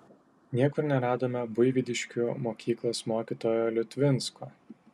niekur neradome buivydiškių mokyklos mokytojo liutvinsko